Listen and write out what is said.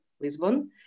Lisbon